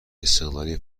استقلالی